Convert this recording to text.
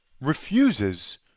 refuses